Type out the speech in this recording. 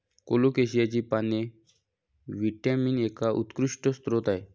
कोलोकेसियाची पाने व्हिटॅमिन एचा उत्कृष्ट स्रोत आहेत